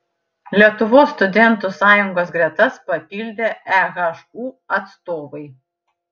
lietuvos studentų sąjungos gretas papildė ehu atstovai